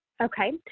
okay